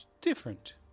Different